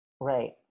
Right